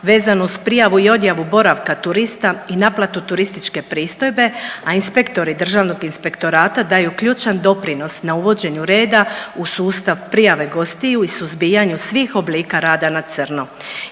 vezanu uz prijavu i odjavu boravka turista i naplatu turističke pristojbe, a inspektori Državnog inspektorata daju ključan doprinos na uvođenju reda u sustav prijave gostiju i suzbijanju svih oblika rada na crno.